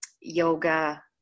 Yoga